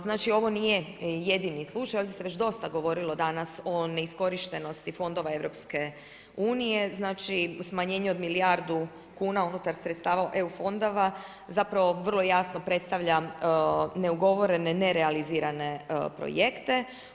Znači ovo nije jedini slučaj, ovdje se već dosta govorilo danas o neiskorištenosti fondova EU, znači smanjenje od milijardu kuna unutar sredstava EU fondova zapravo vrlo jasno predstavlja neugovorene nerealizirane projekte.